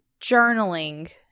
journaling